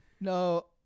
No